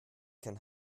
kann